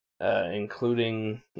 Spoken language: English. Including